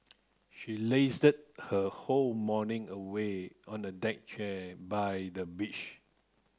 she lazed her whole morning away on a deck chair by the beach